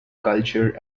culture